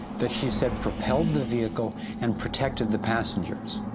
that she said, propelled the vehicle and protected the passengers.